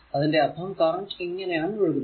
അതിന്റെ അർഥം കറന്റ് ഇങ്ങനെയാണ് ഒഴുകുന്നത്